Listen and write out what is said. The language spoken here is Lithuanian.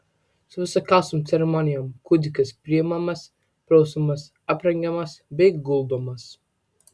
su visokiausiom ceremonijom kūdikis priimamas prausiamas aprengiamas bei guldomas